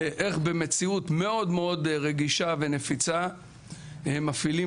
איך במציאות מאוד רגישה ונפיצה מפעילים